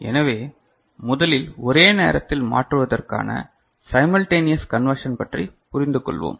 எனவே முதலில் ஒரே நேரத்தில் மாற்றுவதற்கான சைமல்டெனியஸ் கன்வெர்சன் பற்றி புரிந்து கொள்வோம்